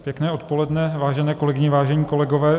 Pěkné odpoledne, vážené kolegyně, vážení kolegové.